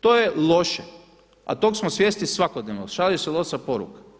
To je loše, a toga smo svjesni svakodnevno, šalje se loša poruka.